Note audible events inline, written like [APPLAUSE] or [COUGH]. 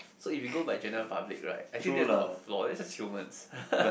so if we go by general public right actually that's not a flaw that's just humans [LAUGHS]